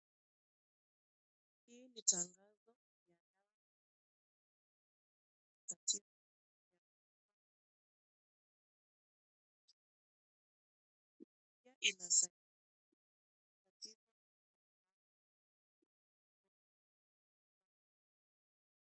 Hili ni tangazo katika inaweza